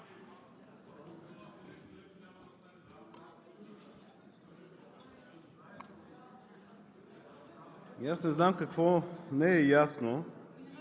не знам какво не е ясно,